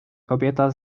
kobieta